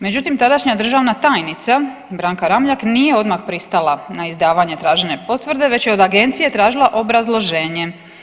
Međutim, tadašnja državna tajnica Branka Ramljak nije odmah pristala na izdavanje tražene potvrde već je od agencije tražila obrazloženje.